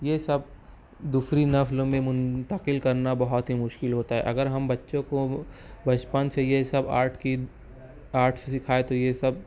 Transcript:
یہ سب دوسری نفل میں منتقل کرنا بہت ہی مشکل ہوتا ہے اگر ہم بچوں کو بچپن سے یہ سب آرٹ کی آرٹس سکھائے تو یہ سب